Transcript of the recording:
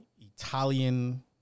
Italian